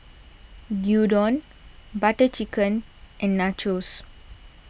Gyudon Butter Chicken and Nachos